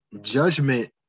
judgment